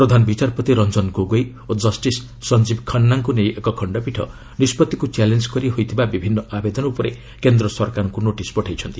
ପ୍ରଧାନବିଚାରପତି ରଂଜନ ଗୋଗୋଇ ଓ ଜଷ୍ଟିସ୍ ସଂଜୀବ ଖାନ୍ନାଙ୍କୁ ନେଇ ଏକ ଖଣ୍ଡପୀଠ ନିଷ୍ପତ୍ତିକୁ ଚ୍ୟାଲେଞ୍ଜ କରି ହୋଇଥିବା ବିଭିନ୍ନ ଆବେଦନ ଉପରେ କେନ୍ଦ୍ର ସରକାରଙ୍କୁ ନୋଟିସ୍ ପଠାଇଛନ୍ତି